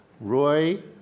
Roy